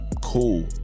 cool